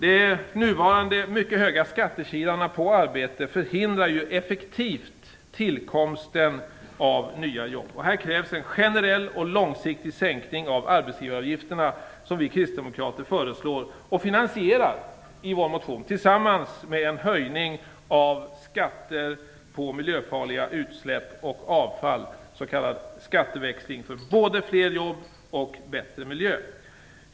De nuvarande mycket höga skattekilarna på arbete förhindrar effektivt tillkomsten av nya jobb. Här krävs en generell och långsiktig sänkning av arbetsgivaravgifterna som vi kristdemokrater föreslår och finansierar i kombination med en höjning av skatter på miljöfarliga utsläpp och avfall, s.k. skatteväxling för både fler jobb och bättre miljö.